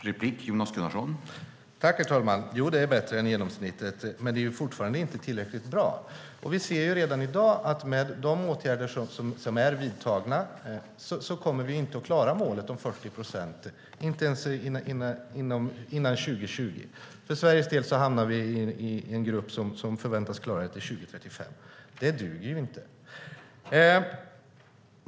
Herr talman! Det är bättre än genomsnittet, men det är fortfarande inte tillräckligt bra. Vi ser redan i dag att med de åtgärder som är vidtagna så kommer vi inte att klara målet om 40 procent innan 2020. Sverige hamnar i en grupp som förväntas klara det till 2035. Det duger inte.